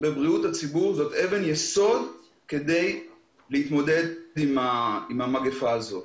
זאת אבן יסוד כדי להתמודד עם המגפה הזאת.